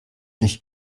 mich